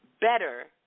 better